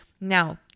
Now